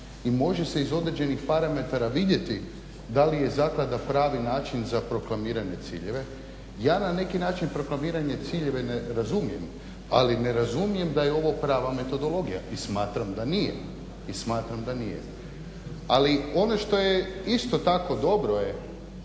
i može se iz određenih parametara vidjeti da li je zaklada pravi način za proklamirane ciljeve. Ja na neki način proklamirane ciljeve ne razumijem ali ne razumijem da je ovo prava metodologija i smatram da nije i smatram da nije. Ali ono što je isto tako, dobro je